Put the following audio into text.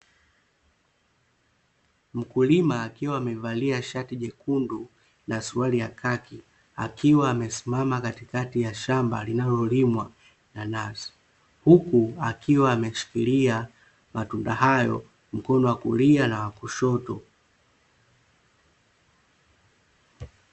Mkulima akiwa amevalia shati jekundu na suruali ya kaki, akiwa amesimama katikati ya shamba linalolimwa nanasi, huku akiwa ameshikilia matunda hayo mkono wa kulia na wa kushoto.